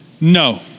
No